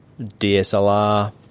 DSLR